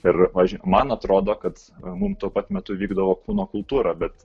ir pavyzdžiui man atrodo kad mum tuo pat metu vykdavo kūno kultūra bet